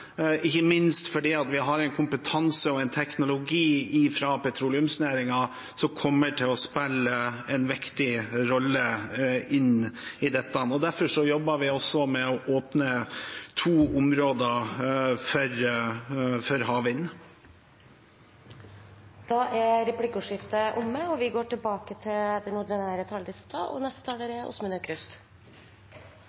ikke minst fordi vi har kompetanse og teknologi fra petroleumsnæringen som kommer til å spille en viktig rolle inn i dette. Derfor jobber vi med å åpne to områder for havvind. Replikkordskiftet er omme. Samme dag som regjeringen la fram sitt budsjett, kom FN med sin 1,5-gradersrapport. Den viste to ting: Den viste hvor stor forskjell det er på 1,5 grader og